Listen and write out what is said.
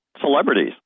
celebrities